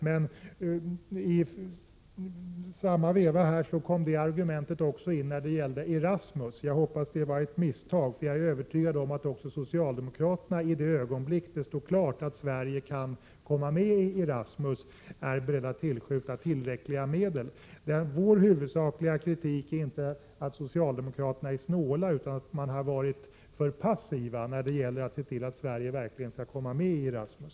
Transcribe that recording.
Men det argumentet kom också in när det gällde Erasmus. Jag hoppas att det var ett misstag, för jag är övertygad om att också socialdemokraterna i det ögonblick det står klart att Sverige kan komma med i Erasmus är beredda att tillskjuta tillräckliga medel. Vår huvudsakliga kritik är inte att socialdemokraterna är snåla utan att de har varit för passiva när det gäller att se till att Sverige verkligen skall komma med i Erasmus.